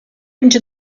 into